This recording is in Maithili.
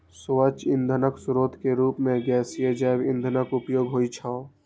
स्वच्छ ईंधनक स्रोत के रूप मे गैसीय जैव ईंधनक उपयोग होइ छै